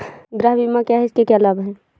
गृह बीमा क्या है इसके क्या लाभ हैं?